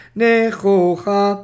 nechocha